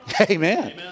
Amen